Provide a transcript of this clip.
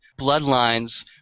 Bloodlines